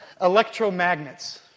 Electromagnets